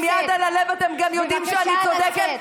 ועם יד הלב אתם גם יודעים שאני צודקת,